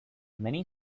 many